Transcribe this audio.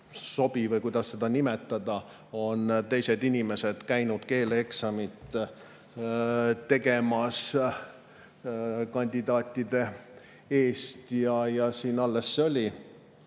Või kuidas seda nimetada? On teised inimesed käinud keeleeksamit tegemas kandidaatide eest. Alles oli